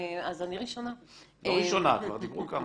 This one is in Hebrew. זה.